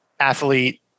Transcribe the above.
athlete